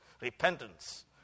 repentance